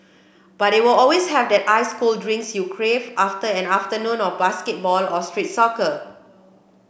but they will always have that ice cold drinks you crave after an afternoon of basketball or street soccer